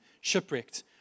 shipwrecked